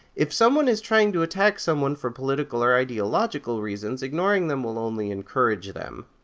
if someone is trying to attack someone for political or ideological reasons, ignoring them will only encourage them.